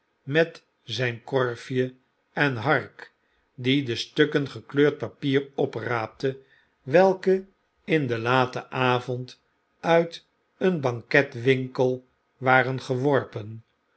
met zijn korfje en hark die de stukken gekleurd papier opraapte welke in den laten avond uit een banketwmkel waren geworpen